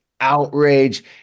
outrage